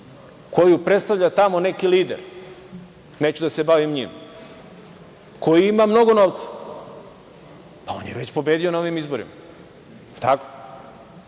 koju predstavlja tamo neki lider, neću da se bavim njim, koji ima mnogo novca, on je već pobedio na ovim izborima, da